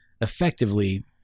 effectively